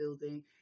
building